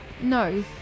no